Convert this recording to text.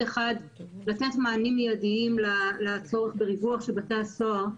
אחד לתת מענים מידיים לצורך בריווח של בתי הסוהר,